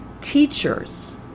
teachers